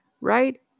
right